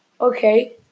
okay